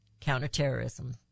counterterrorism